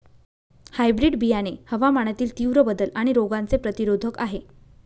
hybrid बियाणे हवामानातील तीव्र बदल आणि रोगांचे प्रतिरोधक आहे